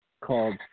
Called